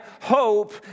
hope